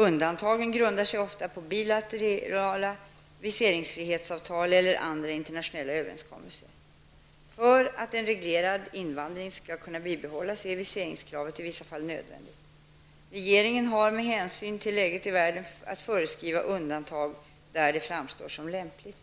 Undantagen grundar sig ofta på bilaterala viseringsfrihetsavtal eller andra internationella överenskommelser. För att en reglerad invandring skall kunna bibehållas är viseringskravet i vissa fall nödvändigt. Regeringen kan med hänsyn till läget i världen föreskriva undantag där det framstår som lämpligt.